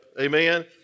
Amen